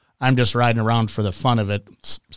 I'm-just-riding-around-for-the-fun-of-it